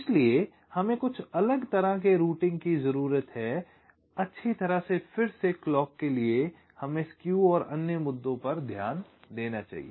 इसलिए हमें कुछ अलग तरह के रूटिंग की जरूरत है अच्छी तरह से फिर से क्लॉक के लिए हमें स्केव और अन्य मुद्दों पर ध्यान रखना चाहिए